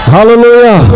Hallelujah